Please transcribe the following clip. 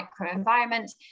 microenvironment